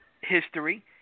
history